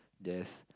just